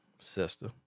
sister